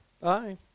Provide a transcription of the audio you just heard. Bye